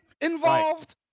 involved